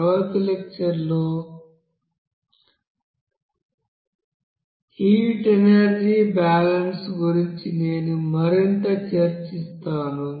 తరువాతి లెక్చర్ లో heat energy balance గురించి నేను మరింత చర్చిస్తాను